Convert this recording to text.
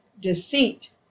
deceit